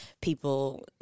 people